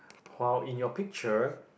while in your picture